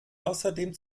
außerdem